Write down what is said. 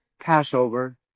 Passover